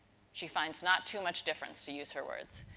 she finds not too much difference, to use her words.